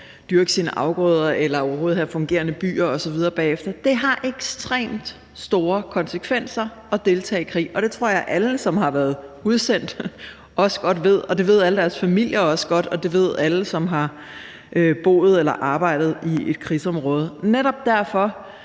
dyrke sine afgrøder eller overhovedet have fungerende byer osv. bagefter. Det har ekstremt store konsekvenser at deltage i krig, og det tror jeg at alle, som har været udsendt, også godt ved, og det ved deres familier også godt, og det ved alle, som har boet eller arbejdet i et krigsområde. Og netop derfor